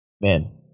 man